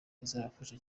izabafasha